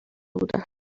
بودم